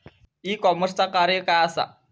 E कॉमर्सचा कार्य काय असा?